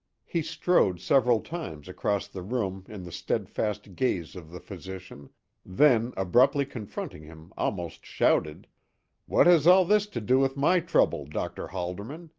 he strode several times across the room in the steadfast gaze of the physician then, abruptly confronting him, almost shouted what has all this to do with my trouble, dr. halderman?